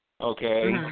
okay